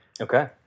Okay